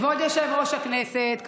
חברת הכנסת ברק,